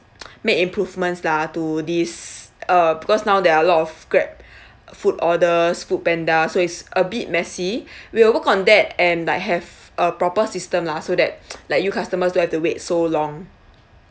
make improvements lah to this uh because now there are a lot of GrabFood orders foodpanda so it's a bit messy we'll work on that and like have a proper system lah so that like you customers don't have to wait so long